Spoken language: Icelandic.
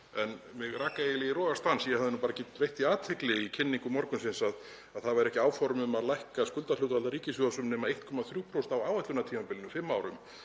en mig rak eiginlega í rogastans. Ég hafði bara ekki veitt því athygli í kynningu morgunsins að það væru ekki áform um að lækka skuldahlutfall ríkissjóðs nema um 1,3% á áætlunartímabilinu, fimm árum,